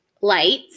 lights